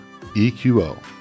EQO